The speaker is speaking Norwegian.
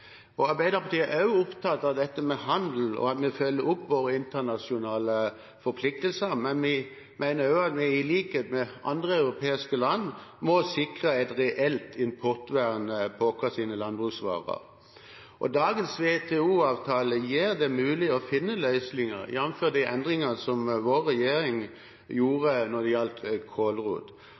Arbeiderpartiet er også opptatt av dette med handel og at vi følger opp våre internasjonale forpliktelser, men vi mener også at vi, i likhet med andre europeiske land, må sikre et reelt importvern for våre landbruksvarer. Dagens WTO-avtale gjør det mulig å finne løsninger, jf. de endringene som vår regjering gjorde når det gjaldt kålrot.